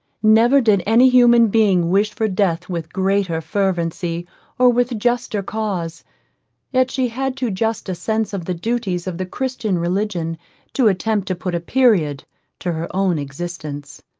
never did any human being wish for death with greater fervency or with juster cause yet she had too just a sense of the duties of the christian religion to attempt to put a period to her own existence.